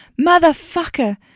Motherfucker